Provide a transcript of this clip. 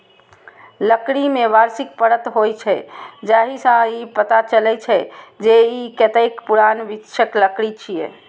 लकड़ी मे वार्षिक परत होइ छै, जाहि सं ई पता चलै छै, जे ई कतेक पुरान वृक्षक लकड़ी छियै